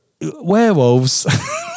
werewolves